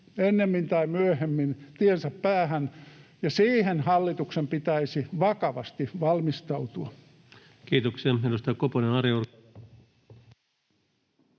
ennemmin tai myöhemmin tiensä päähän, ja siihen hallituksen pitäisi vakavasti valmistautua. [Speech